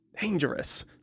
dangerous